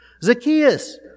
Zacchaeus